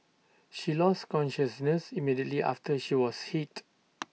she lose consciousness immediately after she was hit